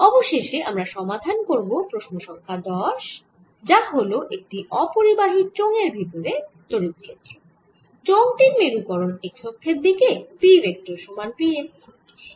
অবশেষে আমরা সমাধান করব প্রশ্ন সংখ্যা 10 যা হল একটি অপরিবাহী চোঙের ভেতরে তড়িৎ ক্ষেত্র চোঙ টির মেরুকরন x অক্ষের দিকে P ভেক্টর সমান P x